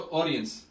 audience